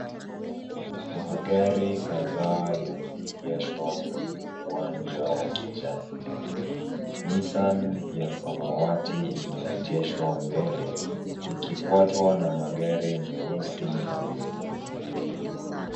Magari kadhaa yameegeshwa kwenye uwanja wa kijani. Nissan ya samawati imeegeshwa mbele ikifuatwa na magari meusi na meupe.